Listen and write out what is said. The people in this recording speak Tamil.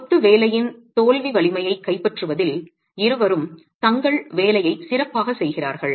கொத்து வேலையின் தோல்வி வலிமையைக் கைப்பற்றுவதில் இருவரும் தங்கள் வேலையைச் சிறப்பாகச் செய்கிறார்கள்